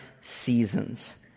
seasons